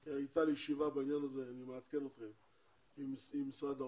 בעניין הזה הייתה לי ישיבה עם משרד האוצר,